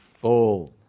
full